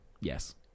Yes